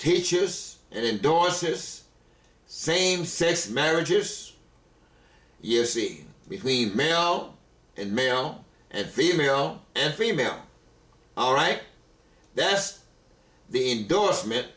teaches and indorse this same sex marriage is you see between mel and male and female and female all right that's the endorsement